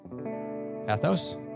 Athos